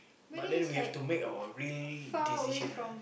but then we have to make our real decision lah